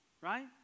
right